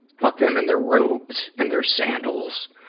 fuck them and their robes and their sandals,